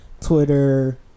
Twitter